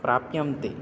प्राप्यन्ते